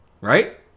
Right